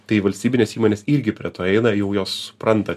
tai valstybinės įmonės irgi prie to eina jau jos supranta